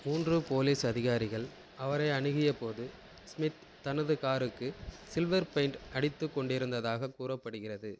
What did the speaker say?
மூன்று போலீஸ் அதிகாரிகள் அவரை அணுகியபோது ஸ்மித் தனது காருக்கு சில்வர் பெயிண்ட் அடித்துக் கொண்டிருந்ததாக கூறப்படுகிறது